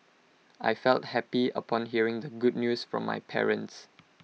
I felt happy upon hearing the good news from my parents